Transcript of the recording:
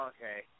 Okay